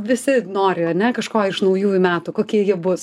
visi nori ane kažko iš naujųjų metų kokie jie bus